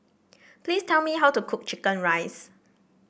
please tell me how to cook chicken rice